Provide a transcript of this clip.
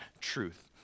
truth